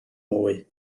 mwy